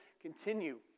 Continue